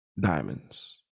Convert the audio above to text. diamonds